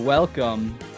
Welcome